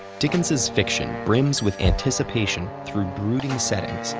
dickens's fiction brims with anticipation through brooding settings,